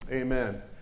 Amen